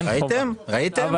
ראיתם, ראיתם?